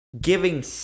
giving